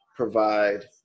provide